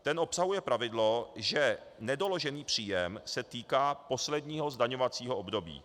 Ten obsahuje pravidlo, že nedoložený příjem se týká posledního zdaňovacího období.